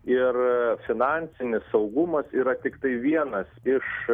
ir finansinis saugumas yra tiktai vienas iš